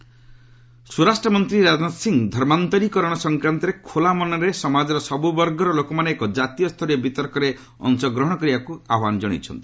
ରାଜନାଥ ସ୍ୱରାଷ୍ଟ୍ର ମନ୍ତ୍ରୀ ରାଜନାଥ ସିଂହ ଧର୍ମାନ୍ତରିକରଣ ସଂକ୍ରାନ୍ତରେ ଖୋଲା ମନରେ ସମାଜର ସବୁବର୍ଗର ଲୋକମାନେ ଏକ ଜାତୀୟ ସ୍ତରୀୟ ବିତର୍କରେ ଅଂଶଗ୍ରହଣ କରିବାକୁ ଆହ୍ୱାନ ଜଣାଇଛନ୍ତି